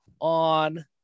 on